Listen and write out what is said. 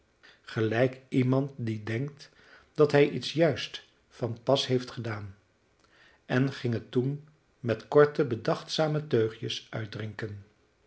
gelijk iemand die denkt dat hij iets juist van pas heeft gedaan en ging het toen met korte bedachtzame teugjes uitdrinken